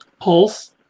Pulse